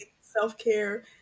self-care